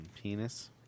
penis